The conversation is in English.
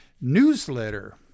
newsletter